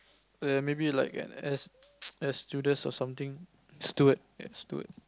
maybe like an air air stewardess or something steward ya steward